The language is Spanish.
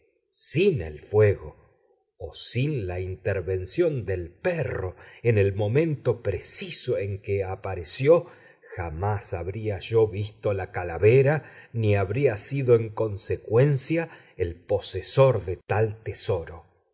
sin el fuego o sin la intervención del perro en el momento preciso en que apareció jamás habría yo visto la calavera ni habría sido en consecuencia el posesor de tal tesoro